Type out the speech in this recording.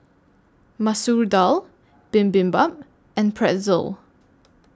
Masoor Dal Bibimbap and Pretzel